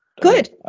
Good